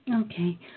Okay